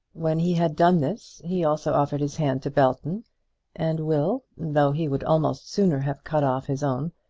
when he had done this, he also offered his hand to belton and will, though he would almost sooner have cut off his own,